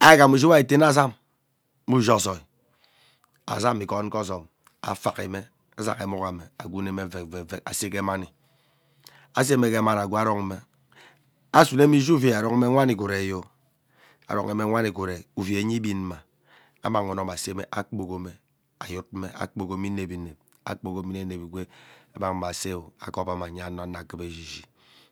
Igham ushu we iteune azam mme ushi ozoi, azam ikon ghee ozom afak mme asaghana enuk amme agwuneme vevevep aseghe mami asseme ghee mani agwee aron mme asuneme ishu uvei aronme wanni ghee ureiyo arohime wani ghee ukeio arohime wani ghee urei uveinye igbinma amang unum aseme agboge mme ayut me agbogeme inep inep ogboge me inep inep igwee amang me aseeo aghoma anye ano ano akura eshi shi